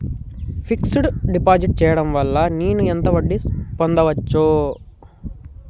Fix డ్ deposit చేయటం వల్ల నేను ఎంత వడ్డీ పొందచ్చు?